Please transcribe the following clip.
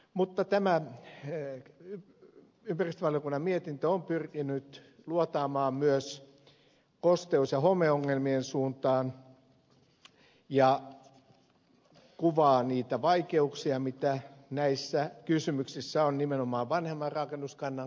mutta tämä ympäristövaliokunnan mietintö on pyrkinyt luotaamaan myös kosteus ja homeongelmien suuntaan ja kuvaa niitä vaikeuksia joita näissä kysymyksissä on nimenomaan vanhemman rakennuskannan kohdalla